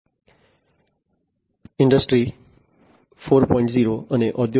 આ લેક્ચરમાં અમે ઇન્ડસ્ટ્રી 4